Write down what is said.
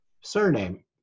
surname